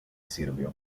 sirvió